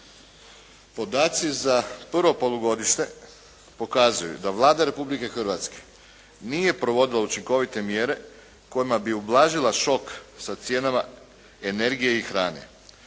Podaci za prvo polugodište pokazuju da Vlada Republike Hrvatske nije provodila učinkovite mjere kojima bi ublažila šok sa cijenama energije i hrane.